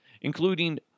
Including